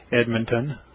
Edmonton